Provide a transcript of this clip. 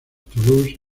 toulouse